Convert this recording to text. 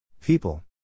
People